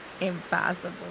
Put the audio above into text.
impossible